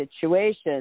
situations